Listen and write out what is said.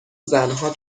زنها